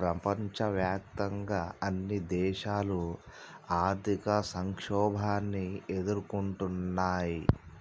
ప్రపంచవ్యాప్తంగా అన్ని దేశాలు ఆర్థిక సంక్షోభాన్ని ఎదుర్కొంటున్నయ్యి